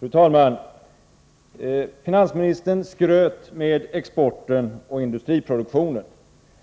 Fru talman! Finansministern skröt med exporten och industriproduktionen,